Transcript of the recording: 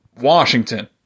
Washington